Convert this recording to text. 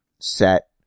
set